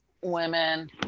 women